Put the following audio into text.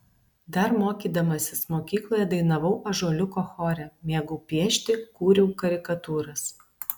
dar mokydamasis mokykloje dainavau ąžuoliuko chore mėgau piešti kūriau karikatūras